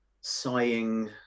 sighing